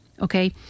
okay